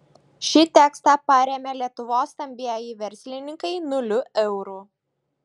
šį tekstą parėmė lietuvos stambieji verslininkai nuliu eurų